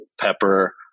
pepper